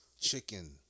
chicken